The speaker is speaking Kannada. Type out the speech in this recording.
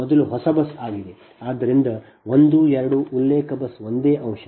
ಆದ್ದರಿಂದ 1 2 ಉಲ್ಲೇಖ ಬಸ್ ಒಂದೇ ಅಂಶ